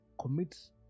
commit